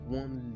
one